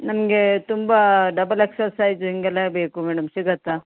ನಮಗೆ ತುಂಬ double X L size ಹಿಂಗೆಲ್ಲ ಬೇಕು ಮೇಡಮ್ ಸಿಗುತ್ತಾ